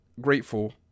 Grateful